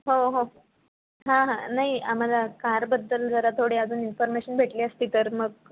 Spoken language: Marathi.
हो हो हां हां नाही आम्हाला कारबद्दल जरा थोडी अजून इन्फॉर्मेशन भेटली असती तर मग